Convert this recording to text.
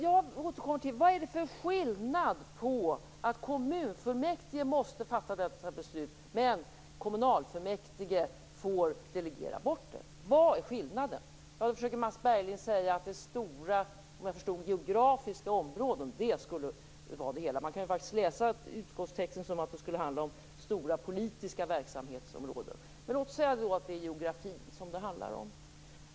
Jag återkommer till frågan: Varför är det så att kommunfullmäktige måste fatta denna typ av beslut medan kommunalfullmäktige får delegera bort dem? Vad är skillnaden? Mats Berglind försöker säga att det handlar om stora geografiska områden. Men kan faktiskt läsa utskottstexten som att det skulle gälla stora politiska verksamhetsområden. Men låt oss anta att det är geografin det handlar om.